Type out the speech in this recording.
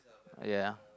ya